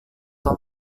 tom